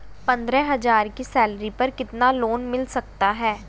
पंद्रह हज़ार की सैलरी पर कितना लोन मिल सकता है?